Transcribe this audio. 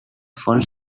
fons